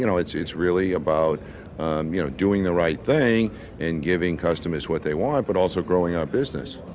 you know it's, it's really about um you know doing the right thing in giving customers what they want, but also growing our business.